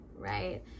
right